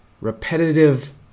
Repetitive